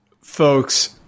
folks